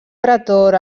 pretor